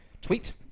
tweet